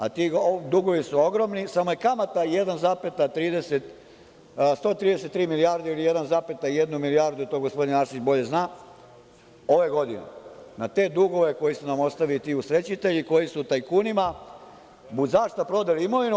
A ti dugovi su ogromni, samo je kamata 1,30, 133 milijarde ili 1,1 milijardu, to gospodin Arsić bolje zna, ove godine, na te dugove koji su nam ostavili ti usrećitelji, koji su tajkunima budzašta prodali imovinu.